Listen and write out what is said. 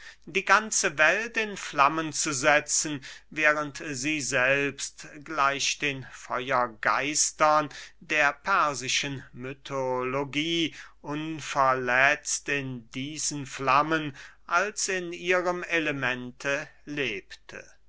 die ganze welt in flammen zu setzen während sie selbst gleich den feuergeistern der persischen mythologie unverletzt in diesen flammen als in ihrem elemente lebte